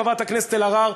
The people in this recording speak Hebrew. חברת הכנסת אלהרר,